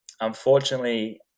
unfortunately